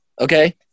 okay